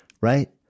right